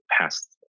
past